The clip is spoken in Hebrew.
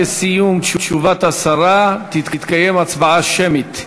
בסיום תשובת השרה תתקיים הצבעה שמית,